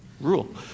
rule